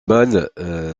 balle